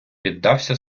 піддався